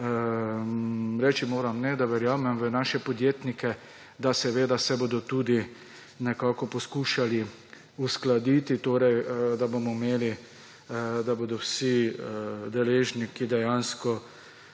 Reči moram, da verjamem v naše podjetnike, da se bodo nekako poskušali uskladiti, torej da se bodo vsi deležniki dejansko